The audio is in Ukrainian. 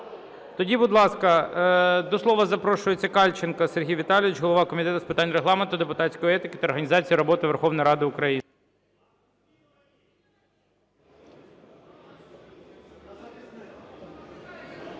Тоді, будь ласка, до слова запрошується Кальченко Сергій Віталійович, голова Комітету з питань Регламенту, депутатської етики та організації роботи Верховної Ради України.